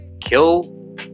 kill